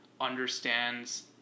understands